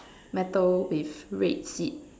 metal with red seat